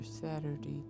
Saturday